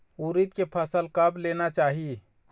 उरीद के फसल कब लेना चाही?